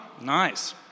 nice